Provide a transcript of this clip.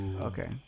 Okay